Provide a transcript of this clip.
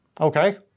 Okay